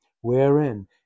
wherein